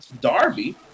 Darby